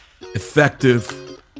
effective